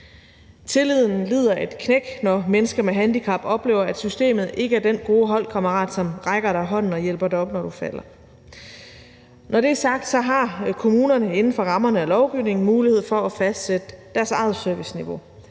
Tilliden lider et knæk, når mennesker med handicap oplever, at systemet ikke er den gode holdkammerat, som rækker dig hånden og hjælper dig op, når du falder. Når det er sagt, har kommunerne inden for rammerne af lovgivningen mulighed for at fastsætte deres eget serviceniveau.